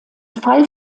fall